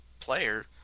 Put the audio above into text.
Player